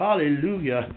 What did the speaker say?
Hallelujah